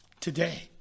today